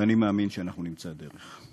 ואני מאמין שנמצא דרך.